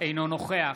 אינו נוכח